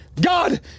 God